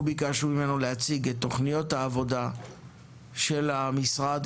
אנחנו ביקשנו ממנו להציג את תוכניות העבודה של המשרד,